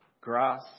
grass